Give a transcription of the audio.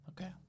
Okay